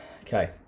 okay